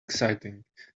exciting